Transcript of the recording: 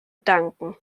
danken